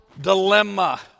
dilemma